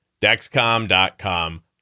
Dexcom.com